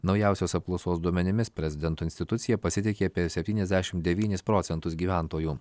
naujausios apklausos duomenimis prezidento institucija pasitiki apie septyniasdešimt devynis procentus gyventojų